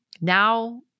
Now